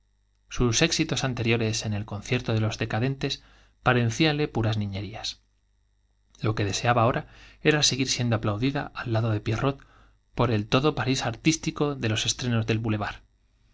sus éxitos anteriores en el concierto de los decadentes parecíanle puras niñerías lo deseaba ahora era que seguir siendo aplaudida al lado de pierrot por el todo parís artístico de los estrenos del boulevard